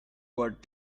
what